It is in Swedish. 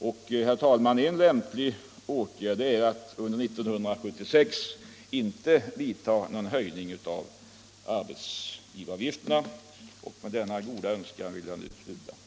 En lämplig åtgärd, herr talman, är att under 1976 inte vidta någon höjning av arbetsgivaravgifterna. Med denna goda önskan vill jag nu sluta mitt anförande.